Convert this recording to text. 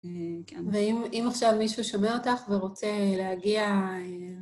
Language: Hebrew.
ואם עכשיו מישהו שומע אותך ורוצה להגיע...